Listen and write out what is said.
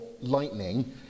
lightning